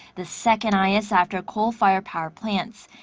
the second-highest after coal-fired power plants.